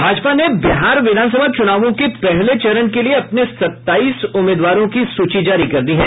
भाजपा ने बिहार विधानसभा चुनावों के पहले चरण के लिए अपने सत्ताईस उम्मीदवारों की सूची जारी कर दी है